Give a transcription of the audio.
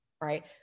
right